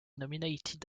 nominated